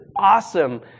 awesome